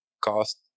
cost